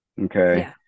okay